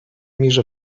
між